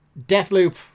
Deathloop